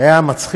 זה היה מצחיק.